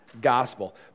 gospel